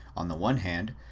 on the one hand,